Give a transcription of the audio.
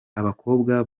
abakobwa